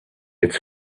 its